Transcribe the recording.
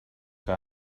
que